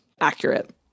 accurate